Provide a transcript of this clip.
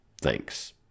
Thanks